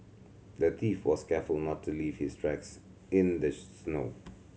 the thief was careful not to leave his tracks in the snow